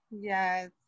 Yes